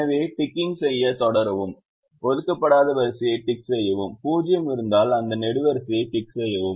எனவே டிக்கிங் செய்ய தொடரவும் ஒதுக்கப்படாத வரிசையை டிக் செய்யவும் 0 இருந்தால் அந்த நெடுவரிசையை டிக் செய்யவும்